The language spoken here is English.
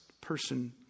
person